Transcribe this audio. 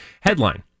headline